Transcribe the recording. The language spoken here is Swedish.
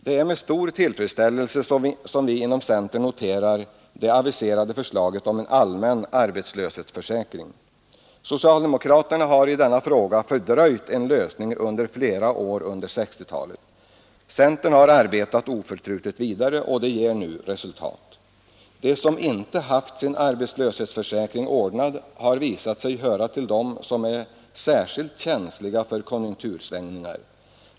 Det är med stor tillfredsställelse som vi inom centern noterar det aviserade förslaget om en allmän arbetslöshetsförsäkring. Socialdemokraterna har i denna fråga fördröjt en lösning under flera år på 1960-talet. Centern har arbetat oförtrutet vidare, och det ger nu resultat. De som inte har haft sin arbetslöshetsförsäkring ordnad har visat sig höra till dem som är särskilt känsliga för konjunktursvängningar.